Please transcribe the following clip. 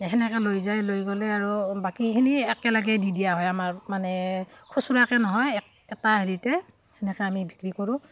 সেনেকৈ লৈ যায় লৈ গ'লে আৰু বাকীখিনি একেলগেই দি দিয়া হয় আমাৰ মানে খুচুৰাকাকৈ নহয় এটা হেৰিতে সেনেকৈ আমি বিক্ৰী কৰোঁ